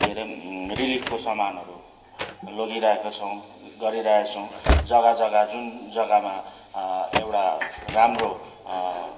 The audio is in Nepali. के अरे रिलिफको समानहरू लगिरहेको छौँ गरिरहेको छौँ जग्गा जग्गा जुन जग्गामा एउटा राम्रो